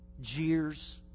jeers